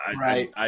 Right